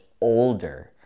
older